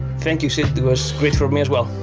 thank you, sid. it was great for me as well.